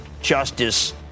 justice